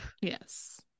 Yes